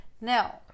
Now